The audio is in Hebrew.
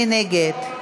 מי נגד?